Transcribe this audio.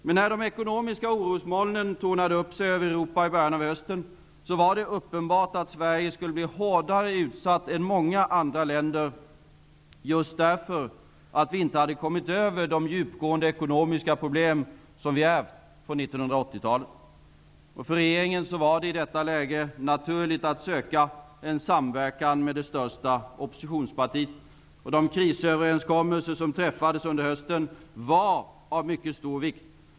Men när de ekonomiska orosmolnen tornade upp sig över Europa i början av hösten, var det uppenbart att Sverige skulle bli hårdare utsatt än många andra länder just därför att vi inte hade kommit över de djupgående ekonomiska problem som vi ärvt från 1980-talet. För regeringen var det i detta läge naturligt att söka en samverkan med det största oppositionspartiet. Och de krisöverenskommelser som träffades under hösten var av mycket stor vikt.